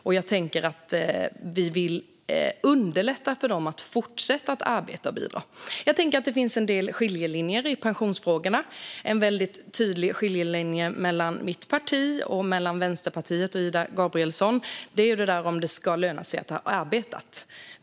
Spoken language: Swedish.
Vi vill underlätta för dem att fortsätta att arbeta och bidra. Det finns en del skiljelinjer i pensionsfrågorna. En väldigt tydlig skiljelinje mellan mitt parti och Vänsterpartiet gäller om det ska löna sig att ha arbetat.